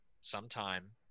sometime